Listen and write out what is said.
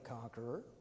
conqueror